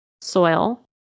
soil